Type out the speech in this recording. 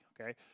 okay